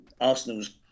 Arsenal's